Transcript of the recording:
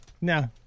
No